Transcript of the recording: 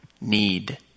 need